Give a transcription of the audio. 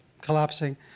collapsing